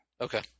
Okay